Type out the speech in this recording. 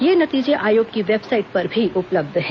यह नतीजे आयोग की वेबसाइट पर भी उपलब्ध है